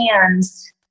hands